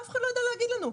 אף אחד לא ידע להגיד לנו.